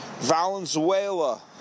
Valenzuela